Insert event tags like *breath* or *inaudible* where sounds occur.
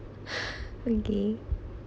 *breath* okay